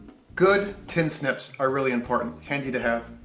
good tin snips are really important, handy to have.